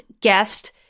guest